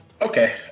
Okay